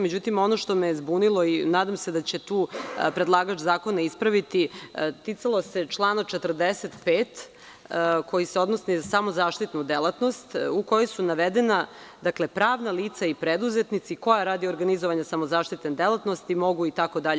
Međutim, ono što me je zbunilo i nadam se da će tu predlagač zakona ispraviti, ticalo se člana 45. koji se odnosi na samozaštitnu delatnost, u kojoj su navedena - pravna lica i preduzetnici koja radi organizovanja samozaštitne delatnosti mogu itd.